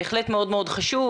בהחלט מאוד מאוד חשוב